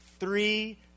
Three